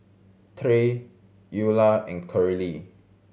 Tre Eula and Curley